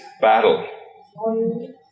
battle